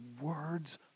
words